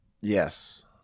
Yes